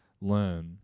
learn